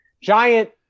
giant